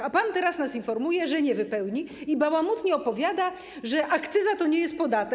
A pan teraz nas informuje, że nie wypełni, i bałamutnie opowiada, że akcyza to nie jest podatek.